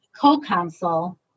co-counsel